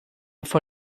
for